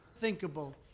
Thinkable